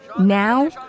Now